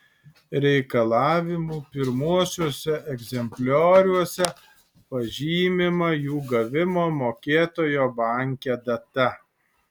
reikalavimų pirmuosiuose egzemplioriuose pažymima jų gavimo mokėtojo banke data